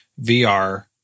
VR